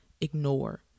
ignore